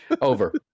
Over